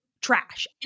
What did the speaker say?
trash